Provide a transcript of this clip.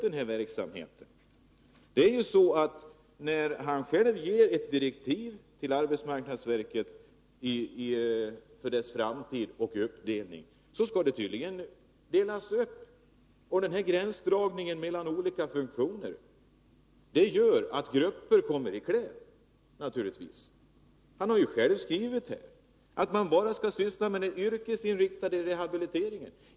Enligt de direktiv som arbetsmarknadsministern har gett till utredningen om arbetsmarknadsverkets framtid skall den rehabiliterande verksamheten delas upp. Och denna gränsdragning mellan olika funktioner gör naturligtvis att grupper kommer i kläm. Arbetsmarknadsministern har ju själv skrivit att Ami-S bara skall syssla med den yrkesinriktade rehabiliteringen.